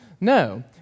No